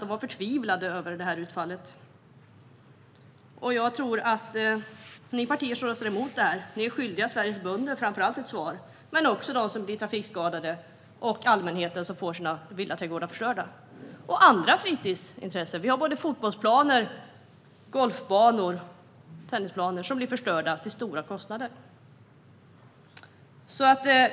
De var förtvivlade över utfallet. De partier som röstar mot förslaget är skyldiga Sveriges bönder, trafikskadade och allmänheten som får sina villaträdgårdar förstörda ett svar. Det gäller även andra fritidsintressen. Fotbollsplaner, golfbanor och tennisplaner förstörs - till stora kostnader.